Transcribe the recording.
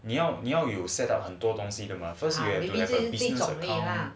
你要你要有 set up 很多东西 first you have to take out